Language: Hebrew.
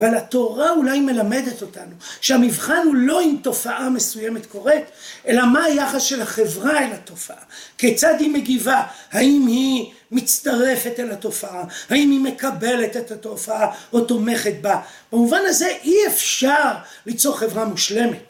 ‫ועל התורה אולי מלמדת אותנו ‫שהמבחן הוא לא אם תופעה מסוימת קורית, ‫אלא מה היחס של החברה ‫אל התופעה. ‫כיצד היא מגיבה? ‫האם היא מצטרפת אל התופעה? ‫האם היא מקבלת את התופעה ‫או תומכת בה? ‫במובן הזה אי אפשר ‫ליצור חברה מושלמת.